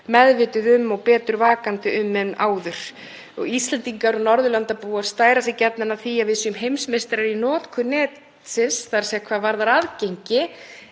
meðvituð um og betur vakandi yfir en áður. Íslendingar og Norðurlandabúar stæra sig gjarnan af því að vera heimsmeistarar í notkun netsins, þ.e. hvað varðar aðgengi,